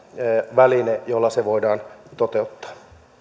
väline jolla se voidaan toteuttaa